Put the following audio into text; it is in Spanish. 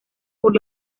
por